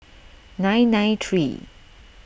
nine nine three